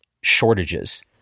shortages